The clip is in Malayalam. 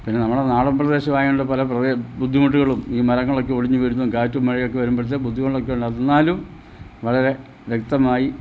പിന്നെ നമ്മുടെ നാടൻ പ്രദേശമായതു കൊണ്ടു പല കുറേ ബുദ്ധിമുട്ടുകളും ഈ മരങ്ങളൊക്കെ ഒടിഞ്ഞു വരുന്നതും കാറ്റും മഴയൊക്കെ വരുമ്പോഴത്തെ ബുദ്ധികളൊക്കെ ഉണ്ടാ എന്നാലും വളരെ വ്യക്തമായി